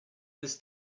this